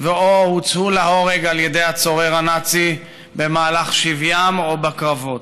או הוצאו להורג על ידי הצורר הנאצי במהלך שביים או בקרבות.